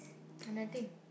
uh nothing